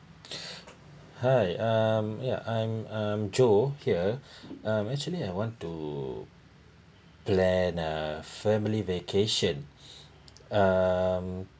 hi um yeah I'm um joe here um actually I want to plan a family vacation um